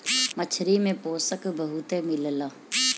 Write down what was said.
मछरी में पोषक बहुते मिलेला